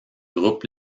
groupe